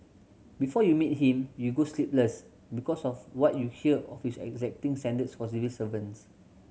before you meet him you go sleepless because of what you hear of his exacting standards for civil servants